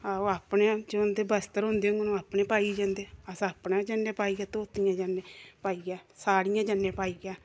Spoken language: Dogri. ओह् अपने जेह्ड़े उं'दे बस्त्र होंदे होङन ओह् पाइयै जंदे अस अपने जन्नै पाइयै धोतियां जन्ने पाइयै साड़ियां जन्ने पाइयै